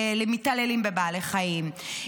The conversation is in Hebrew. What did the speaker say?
למתעללים בבעלי חיים,